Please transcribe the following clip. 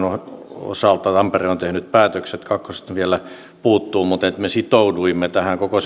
osalta tampere on tehnyt päätökset kakkososasta vielä puuttuu mutta me sitouduimme tähän koko